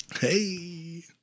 Hey